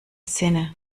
sinne